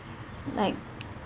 like